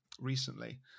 recently